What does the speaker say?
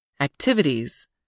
Activities